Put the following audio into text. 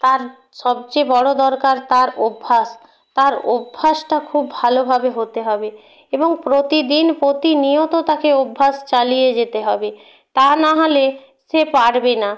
তার সবচেয়ে বড় দরকার তার অভ্যাস তার অভ্যাসটা খুব ভালোভাবে হতে হবে এবং প্রতিদিন প্রতিনিয়ত তাকে অভ্যাস চালিয়ে যেতে হবে তা না হলে সে পারবে না